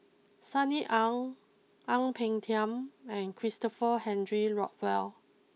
Sunny Ang Ang Peng Tiam and Christopher Henry Rothwell